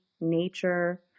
nature